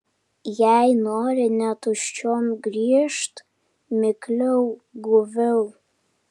jei nori ne tuščiom grįžt mikliau guviau